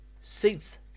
seats